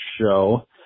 show